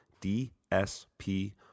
DSP